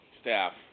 staff